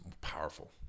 powerful